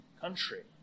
country